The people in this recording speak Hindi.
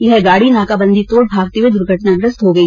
यह गाड़ी नाकाबंदी तोड़ भागते हुए दुर्घटनाग्रस्त हो गई